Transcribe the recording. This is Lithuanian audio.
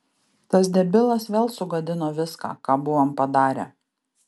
tas debilas vėl sugadino viską ką buvom padarę